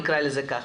נקרא לזה ככה.